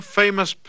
famous